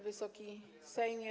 Wysoki Sejmie!